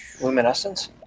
Luminescence